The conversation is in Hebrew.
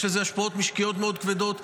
יש לזה השפעות משקיות מאוד גבוהות.